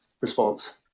response